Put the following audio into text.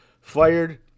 fired